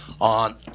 on